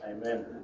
Amen